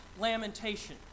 lamentation